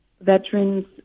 veterans